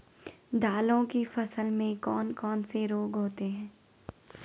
दालों की फसल में कौन कौन से रोग होते हैं?